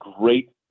great